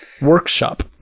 Workshop